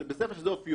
אבל בית ספר שזה אופיו,